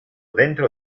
dentro